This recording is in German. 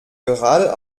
gerade